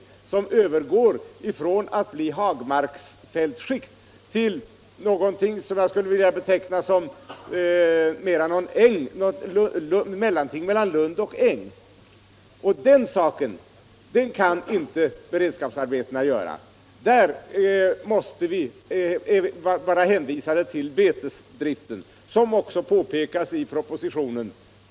Landskapet övergår från hagmark till någonting som jag skulle vilja beteckna som ett mellanting mellan lund och äng. Åt den saken kan beredskapsarbetarna inte göra någonting, utan där är vi hänvisade till betesdriften, såsom också påpekas i propositionen.